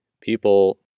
People